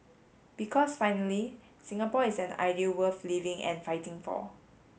because finally Singapore is an idea worth living and fighting for